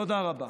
תודה רבה.